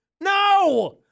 No